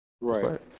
Right